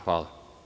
Hvala.